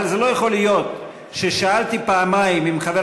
אבל זה לא יכול להיות ששאלתי פעמיים אם חבר